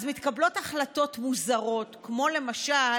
אז מתקבלות החלטות מוזרות, כמו למשל